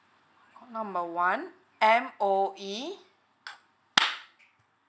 call number one M_O_E